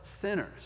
sinners